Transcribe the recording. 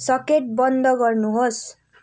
socket बन्द गर्नुहोस्